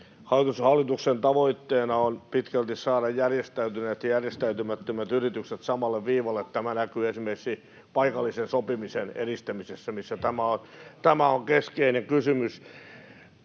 Hallituksen tavoitteena on pitkälti saada järjestäytyneet ja järjestäytymättömät yritykset samalle viivalle. Tämä näkyy esimerkiksi paikallisen sopimisen edistämisessä, missä tämä on keskeinen kysymys.